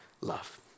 love